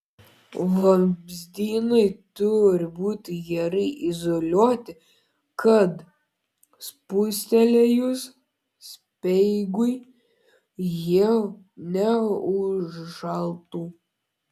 vamzdynai turi būti gerai izoliuoti kad spustelėjus speigui jie neužšaltų